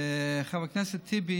חבר הכנסת טיבי,